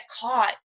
caught